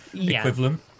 equivalent